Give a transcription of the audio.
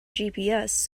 gps